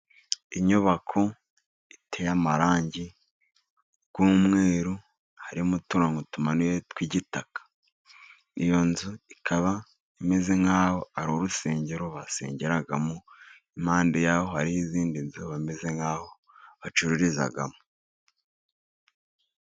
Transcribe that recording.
Inyubako iteye amarangi y'umweru, harimo uturango tumanuye tw'igitaka. Iyo nzu ikaba imeze nk'aho ari urusengero basengeramo. Impande yaho hari izindi nzu bameze nk'aho bacururizamo.